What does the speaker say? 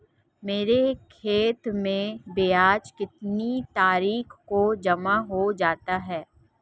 मेरे खाते में ब्याज कितनी तारीख को जमा हो जाता है?